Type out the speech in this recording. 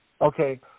Okay